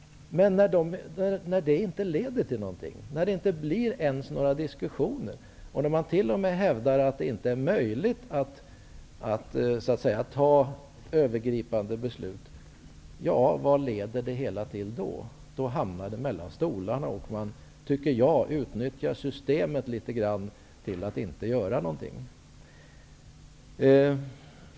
Men när det inte leder till någonting, när det inte ens blir några diskussioner och när man t.o.m. hävdar att det inte är möjligt att fatta övergripande beslut, vad leder det hela till då? Då hamnar man mellan stolarna och utnyttjar, tycker jag, systemet till att inte göra någonting.